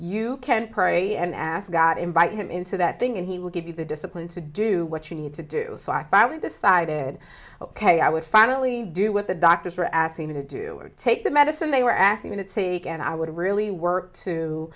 you can pray and ask got invite him into that thing and he will give you the discipline to do what you need to do so i finally decided ok i would finally do what the doctors are asking me to do or take the medicine they were asking me that sake and i would really work to